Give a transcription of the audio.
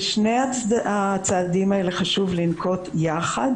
בשני הצעדים האלה חשוב לנקוט יחד,